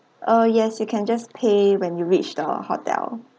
oh yes you can just pay when you reach the hotel